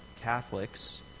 Catholics